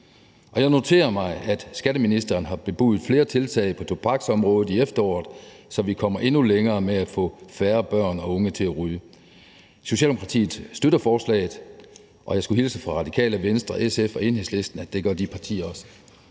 Jeg noterer mig, at skatteministeren har bebudet flere tiltag på tobaksområdet i efteråret, så vi kommer endnu længere med at få færre børn og unge til at ryge. Socialdemokratiet støtter forslaget, og jeg skulle hilse fra Radikale Venstre, SF og Enhedslisten og sige, at det gør de partier også.